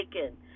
taken